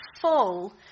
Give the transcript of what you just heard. full